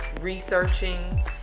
researching